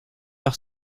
par